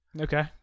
Okay